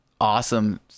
awesome